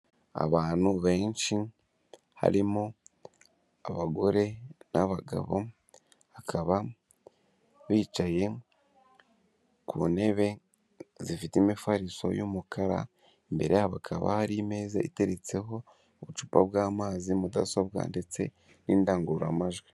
Abantu benshi, harimo abagore n'abagabo, bakaba bicaye ku ntebe, zifite imifariso y'umukara, imbere yabo hakaba hari imeza, iteretseho ubucupa bw'amazi, mudasobwa ndetse n'indangururamajwi.